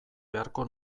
beharko